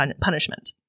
punishment